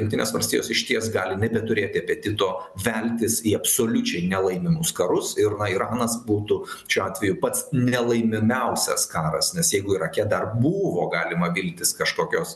jungtinės valstijos išties gali nebeturėti apetito veltis į absoliučiai nelaimimus karus ir iranas būtų šiuo atveju pats nelaimimiausias karas nes jeigu irake dar buvo galima viltis kažkokios